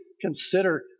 consider